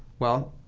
well,